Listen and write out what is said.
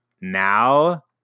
now